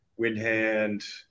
Windhand